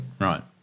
Right